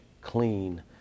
clean